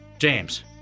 James